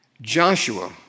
Joshua